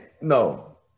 No